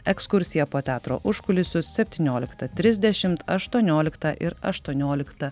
ekskursija po teatro užkulisius septynioliktą trisdešim aštuonioliktą ir aštuonioliktą